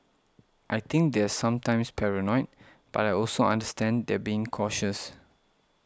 I think they're sometimes paranoid but I also understand they're being cautious